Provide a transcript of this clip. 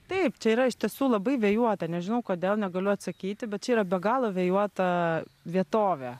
taip čia yra iš tiesų labai vėjuota nežinau kodėl negaliu atsakyti bet čia yra be galo vėjuota vietovė